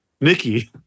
Nikki